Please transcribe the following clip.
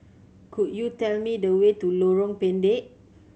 could you tell me the way to Lorong Pendek